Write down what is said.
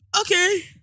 okay